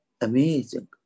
Amazing